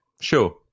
sure